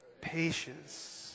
Patience